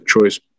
choice